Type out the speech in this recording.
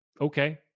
okay